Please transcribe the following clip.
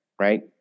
right